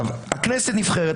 הכנסת נבחרת.